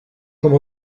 com